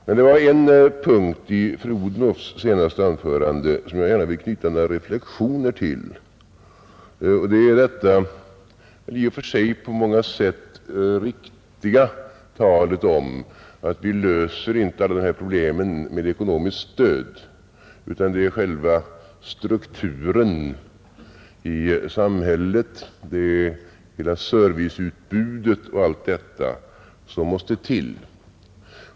Men det var en punkt i fru Odhnoffs senaste anförande som jag ville knyta några reflexioner till, nämligen det i och för sig riktiga talet om att vi inte löser problemen bara med ekonomiskt stöd utan att det är själva strukturen i samhället, hela serviceutbudet och allt detta som måste till.